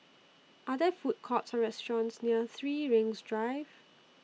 Are There Food Courts Or restaurants near three Rings Drive